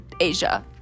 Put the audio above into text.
Asia